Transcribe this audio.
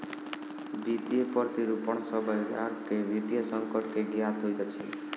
वित्तीय प्रतिरूपण सॅ बजार के वित्तीय संकट के ज्ञात होइत अछि